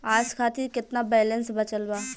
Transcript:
आज खातिर केतना बैलैंस बचल बा?